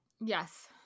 Yes